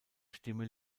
stimme